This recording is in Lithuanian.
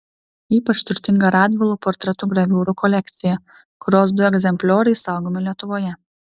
ypač turtinga radvilų portretų graviūrų kolekcija kurios du egzemplioriai saugomi lietuvoje